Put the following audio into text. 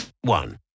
one